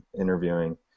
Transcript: interviewing